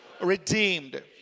redeemed